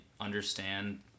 understand